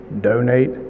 donate